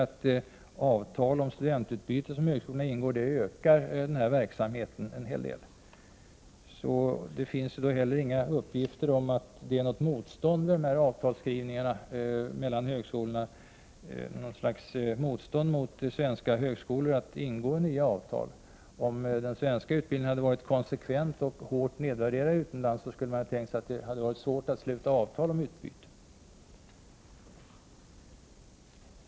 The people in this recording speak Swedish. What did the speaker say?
Det visar sig nog att avtal som ingås om studentutbyte ökar verksamheten en hel del. Det finns heller inga uppgifter om att det vid slutandet av avtal mellan högskolorna finns något motstånd mot att ingå nya avtal med svenska högskolor. Om den svenska utbildningen hade varit konsekvent och hårt nedvärderad utomlands, skulle man ha kunnat tänka sig att det var svårt att sluta avtal om utbyte.